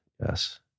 yes